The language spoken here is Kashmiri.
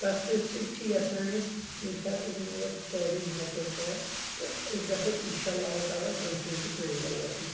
تَتھ سۭتۍ سۭتۍ چھ یژھان أسۍ ییٚمہِ ساتہٕ أسۍ مطلب تعلیٖم حأصِل کرو تہٕ أسۍ گژھو اِنشااللہ بروٗنٛہہ کُن تہِ کامیاب گژھٕنۍ